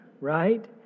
right